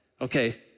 okay